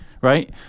right